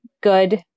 good